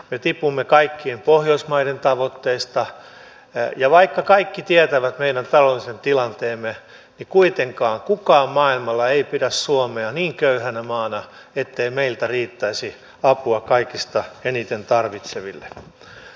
me tipumme kaikkien pohjoismaiden tavoitteista ja vaikka kaikki tietävät meidän taloudellisen tilanteemme niin kuitenkaan kukaan maailmalla ei pidä suomea niin köyhänä maana ettei meiltä riittäisi apua kaikista eniten tarvitseville